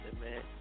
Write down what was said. man